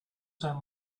zijn